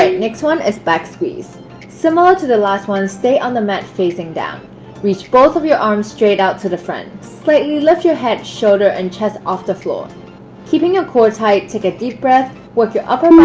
ah next one is back squeeze similar to the last one stay on the mat facing down reach both of your arms straight out to the front slightly lift your head, shoulders and chest off the floor keeping your core tight take a deep breath work your upper